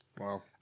Wow